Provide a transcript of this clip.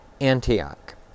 Antioch